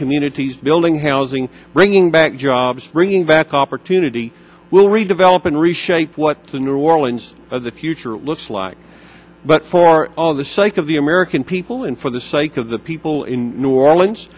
communities building housing bringing back jobs bringing back opportunity will redevelop and reshape what the new orleans of the future looks like but for all the sake of the american people and for the sake of the people in new orleans